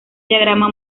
diagrama